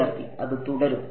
വിദ്യാർത്ഥി അത് തുടരും